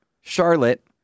Charlotte